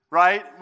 right